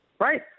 Right